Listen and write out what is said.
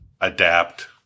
adapt